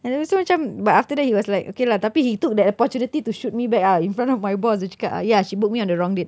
and lepas tu macam but after that he was like okay lah tapi he took that opportunity to shoot me back ah in front of my boss dia cakap ah ya she book me on the wrong date